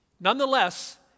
Nonetheless